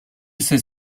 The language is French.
ses